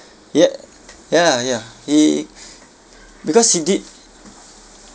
ya ya ya he because he did